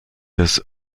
des